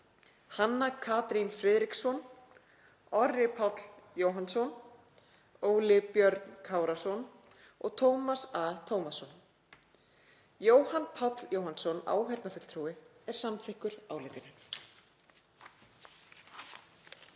Hanna Katrín Friðriksson, Orri Páll Jóhannsson, Óli Björn Kárason og Tómas A. Tómasson. Jóhann Páll Jóhannsson áheyrnarfulltrúi er samþykkur álitinu.